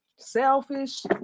selfish